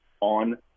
on